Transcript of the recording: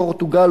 פורטוגל,